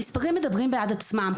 המספרים מדברים בעד עצמם.